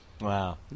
Wow